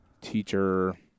Teacher